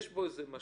יש לזה משמעות.